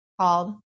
called